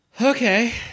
Okay